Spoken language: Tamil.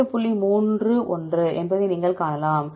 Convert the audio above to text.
31 என்பதை நீங்கள் காணலாம்